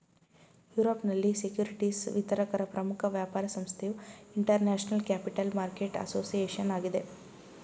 ಯುರೋಪ್ನಲ್ಲಿ ಸೆಕ್ಯೂರಿಟಿಸ್ ವಿತರಕರ ಪ್ರಮುಖ ವ್ಯಾಪಾರ ಸಂಸ್ಥೆಯು ಇಂಟರ್ನ್ಯಾಷನಲ್ ಕ್ಯಾಪಿಟಲ್ ಮಾರ್ಕೆಟ್ ಅಸೋಸಿಯೇಷನ್ ಆಗಿದೆ